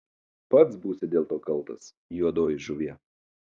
pats būsi dėl to kaltas juodoji žuvie